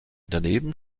daneben